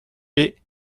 est